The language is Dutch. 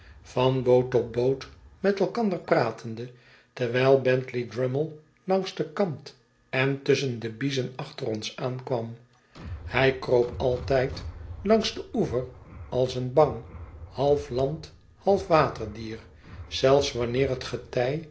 van boot tot boot met elkander pratende terwijl bentley drummle langs den kant en tusschen de biezen achter ons aankwam hij kroop altijd langs den oever als een bang half land half waterdier zelfs wanneer het getij